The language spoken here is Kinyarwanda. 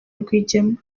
rwigema